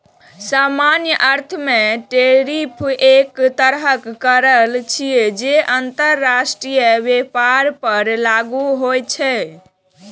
सामान्य अर्थ मे टैरिफ एक तरहक कर छियै, जे अंतरराष्ट्रीय व्यापार पर लागू होइ छै